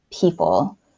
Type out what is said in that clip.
people